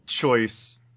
choice